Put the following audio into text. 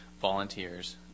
volunteers